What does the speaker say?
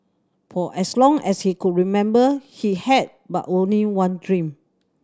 for as long as he could remember he had but only one dream